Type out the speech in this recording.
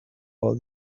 all